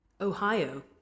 ohio